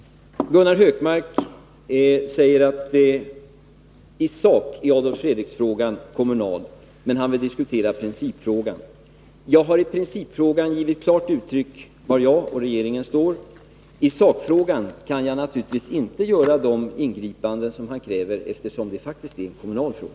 Gunnar Hökmark säger att Adolf Fredrik-frågan i sak är kommunal, men han vill diskutera principfrågan. Jag har i principfrågan givit klart uttryck för var jag och regeringen står. I sakfrågan kan jag naturligtvis inte göra de ingripanden som Gunnar Hökmark kräver, eftersom det faktiskt är en kommunal fråga.